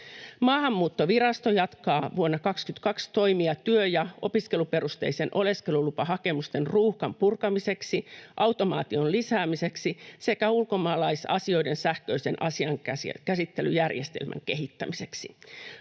Maahanmuuttovirasto jatkaa vuonna 22 toimia työ- ja opiskeluperusteisten oleskelulupahakemusten ruuhkan purkamiseksi, automaation lisäämiseksi sekä ulkomaalaisasioiden sähköisen asiankäsittelyjärjestelmän kehittämiseksi.